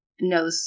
no